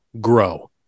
grow